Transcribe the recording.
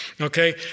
Okay